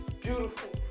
Beautiful